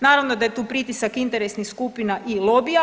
Naravno da je tu pritisak interesnih skupina i lobija.